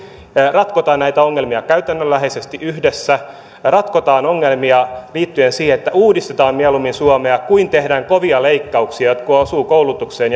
ratkotaan näitä ongelmia käytännönläheisesti yhdessä ratkotaan ongelmia liittyen siihen että mieluummin uudistetaan suomea kuin tehdään kovia leikkauksia jotka osuvat koulutukseen